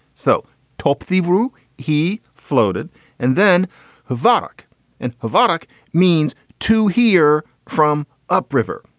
so top themaru, he floated and then havok and havok means to hear from upriver.